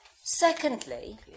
Secondly